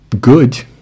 good